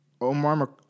Omar